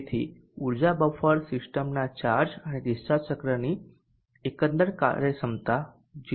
તેથી ઉર્જા બફર સિસ્ટમના ચાર્જ અને ડિસ્ચાર્જ ચક્રની એકંદર કાર્યક્ષમતા 0